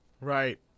Right